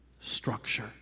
structure